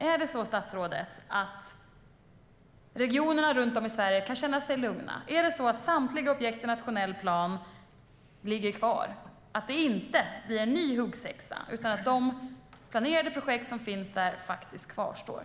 Är det så, statsrådet, att regionerna runt om i Sverige kan känna sig lugna? Är det så att samtliga objekt i nationell plan ligger kvar? Blir det inte någon ny huggsexa? Kvarstår de planerade projekten?